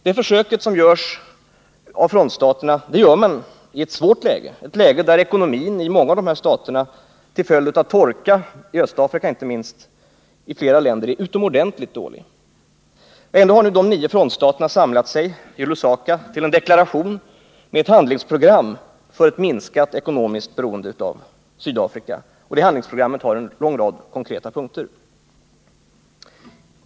Detta försök görs i ett svårt läge: ekonomin i många av staterna är till följd av torka — inte minst i Östafrika — utomordentligt dålig. Ändå har de nio frontstaterna samlat sig i Lusaka kring en deklaration med ett handlingsprogram för att minska det ekonomiska beroendet av Sydafrika. Detta handlingsprogram har en lång rad konkreta punkter.